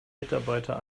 mitarbeiter